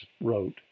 wrote